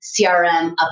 CRM